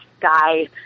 guy